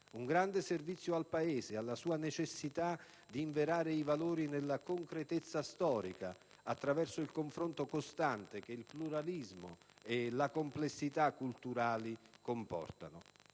riguarda - al Paese e alla sua necessità di inverare i valori nella concretezza storica attraverso il confronto costante che il pluralismo e la complessità culturali comportano.